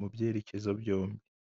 mu byerekezo byombi.